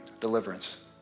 deliverance